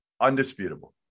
Undisputable